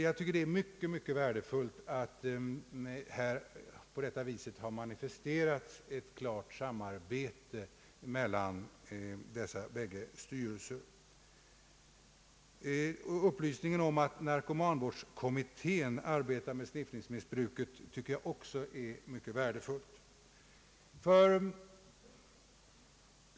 Jag tycker att det är mycket värdefullt att på detta sätt ha manifesterat ett klart samarbete mellan dessa båda styrelser. Upplysningen om att narkomanvårdskommittén arbetar med sniffningsbruket är också mycket värdefull.